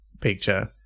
picture